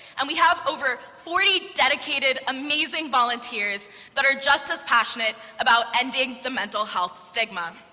and we have over forty dedicated amazing volunteers that are just as passionate about ending the mental-health stigma.